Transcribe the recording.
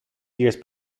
years